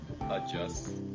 adjust